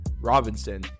Robinson